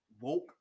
woke